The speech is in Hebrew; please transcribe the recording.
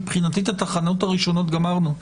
מבחינתי, את התחנות הראשונות גמרנו.